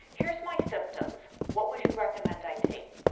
here's my symptoms. what would you recommend i take?